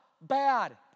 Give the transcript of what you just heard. bad